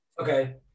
Okay